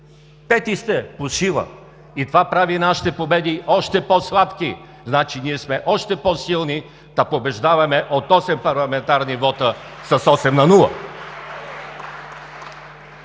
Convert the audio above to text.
Пети сте по сила и това прави нашите победи още по сладки. Значи ние сме още по-силни, та побеждаваме от осем парламентарни вота с осем на